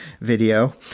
video